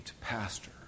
pastor